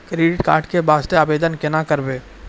Credit card के वास्ते आवेदन केना करबै?